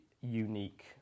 unique